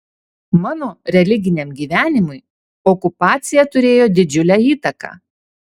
mano religiniam gyvenimui okupacija turėjo didžiulę įtaką